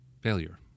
failure